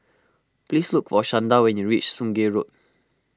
please look for Shanda when you reach Sungei Road